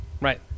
Right